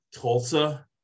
Tulsa